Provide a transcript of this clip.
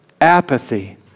apathy